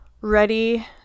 ready